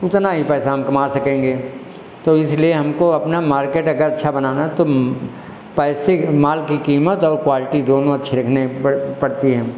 उतना ही पैसा हम कमा सकेंगे तो इसलिए हमको अपना मार्केट अगर अच्छा बनाना है तो पैसे माल की कीमत और क्वालटी दोनों अच्छी रखने पड़ पड़ती हैं